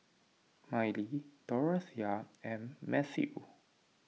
Miley Dorothea and Mathew